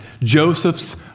Joseph's